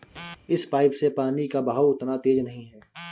इस पाइप से पानी का बहाव उतना तेज नही है